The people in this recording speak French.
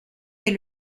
est